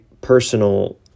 personal